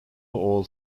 all